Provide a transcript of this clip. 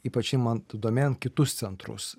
ypač imant domėn kitus centrus